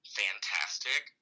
fantastic